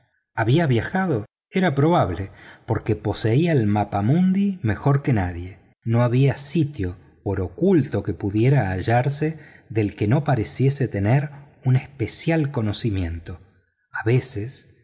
había viajado era probable porque conocía el mapamundi mejor que nadie no había sitio por oculto que pudiera hallarse del que no pareciese tener un especial conocimiento a veces